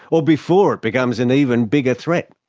or before it becomes an even bigger threat.